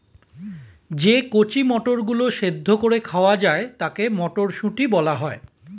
যে কচি মটরগুলো সেদ্ধ করে খাওয়া যায় তাকে মটরশুঁটি বলা হয়